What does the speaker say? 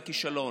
לכישלון.